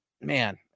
Man